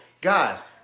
guys